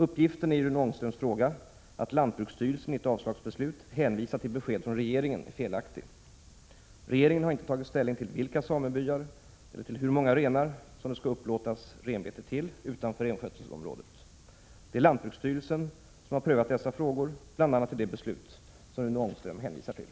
Uppgiften i Rune Ångströms fråga att lantbruksstyrelsen i ett avslagsbeslut hänvisat till besked från regeringen är felaktig. Regeringen har inte tagit ställning till vilka samebyar eller till hur många renar som det skall upplåtas renbete till utanför renskötselområdet. Det är lantbruksstyrelsen som har prövat dessa frågor bl.a. i det beslut som Rune Ångström hänvisar till.